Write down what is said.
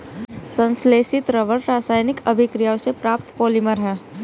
संश्लेषित रबर रासायनिक अभिक्रियाओं से प्राप्त पॉलिमर है